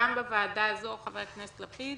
גם בוועדה הזו, חבר הכנסת לפיד,